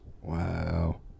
Wow